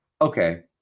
Okay